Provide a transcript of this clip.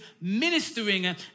ministering